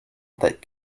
that